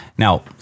Now